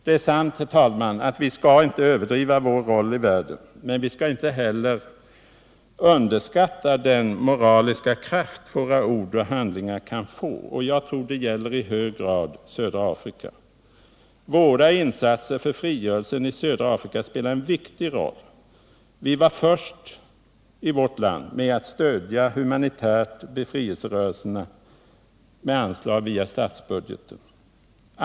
Det är sant, herr talman, att vi inte skall överdriva vår roll i världen. Men vi skall inte heller underskatta den moraliska kraft våra ord och handlingar kan få. Jag tror att detta i hög grad gäller södra Afrika. Våra insatser för frigörelsen i södra Afrika spelar en viktig roll. Vi var i vårt land först med att humanitärt stödja befrielserörelserna i södra Afrika med anslag via statsbudgeten.